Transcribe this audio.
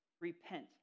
Repent